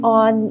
on